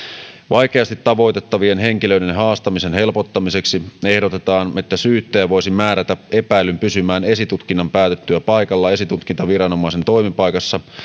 vaikeasti tavoitettavien henkilöiden haastamisen helpottamiseksi ehdotetaan että syyttäjä voisi määrätä epäillyn pysymään esitutkinnan päätyttyä paikalla esitutkintaviranomaisen toimipaikassa